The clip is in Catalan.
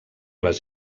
les